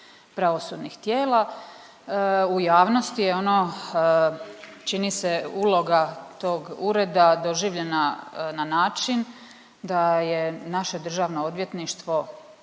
pravosudnih tijela. U javnosti je ono, čini se, uloga tog Ureda doživljena na način da je naše DORH nesposobno